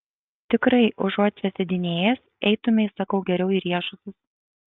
tikrai užuot čia sėdinėjęs eitumei sakau geriau į riešutus